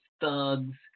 thugs